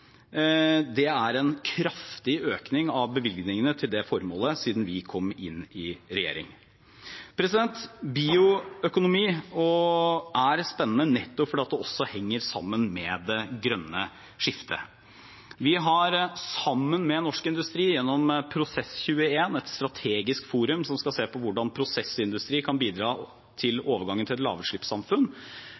Det er en kraftig økning av bevilgningene til det formålet siden vi kom inn i regjering. Bioøkonomi er spennende nettopp fordi det også henger sammen med det grønne skiftet. Vi har sammen med norsk industri, gjennom Prosess21 – et strategisk forum som skal se på hvordan prosessindustrien kan bidra til overgangen til et lavutslippssamfunn